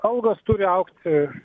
algos turi augti